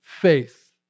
faith